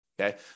okay